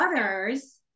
others